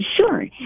Sure